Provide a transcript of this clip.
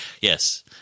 Yes